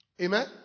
Amen